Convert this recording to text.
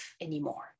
anymore